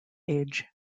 age